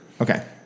Okay